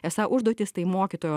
esą užduotis tai mokytojo